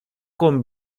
con